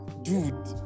Dude